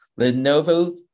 Lenovo